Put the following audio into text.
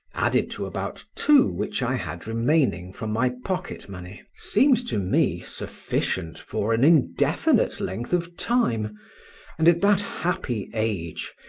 added to about two which i had remaining from my pocket-money, seemed to me sufficient for an indefinite length of time and at that happy age,